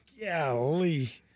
Golly